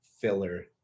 filler